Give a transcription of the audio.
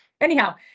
anyhow